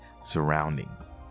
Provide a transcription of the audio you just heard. surroundings